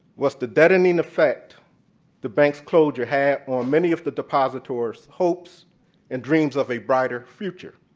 was the deadening effect the bank's closure had on many of the depositors' hopes and dreams of a brighter future.